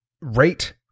rate